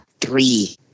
three